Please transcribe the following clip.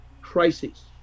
crisis